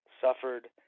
suffered